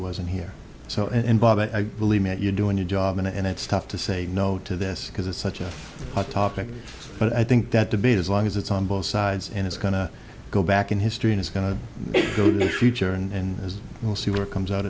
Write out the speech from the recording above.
wasn't here so and bob i believe you're doing your job and it's tough to say no to this because it's such a hot topic but i think that debate as long as it's on both sides and it's going to go back in history and it's going to go to the future and we'll see where comes out